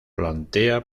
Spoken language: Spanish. plantea